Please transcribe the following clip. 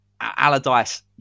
Allardyce